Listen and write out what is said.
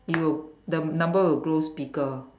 it will the number will grows bigger